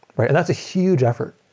that's a huge effort.